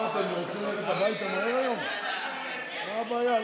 אתם רוצים ללכת הביתה מהר היום, מה הבעיה?